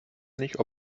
nicht